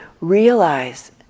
realize